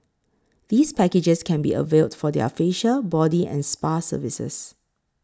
these packages can be availed for their facial body and spa services